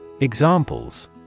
Examples